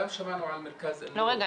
גם שמענו על מרכז אלנור --- רגע,